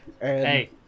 Hey